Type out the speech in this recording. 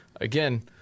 Again